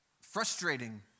frustrating